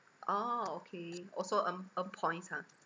oh okay also earn earn points ha